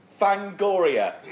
Fangoria